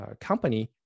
company